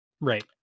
Right